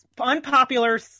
Unpopular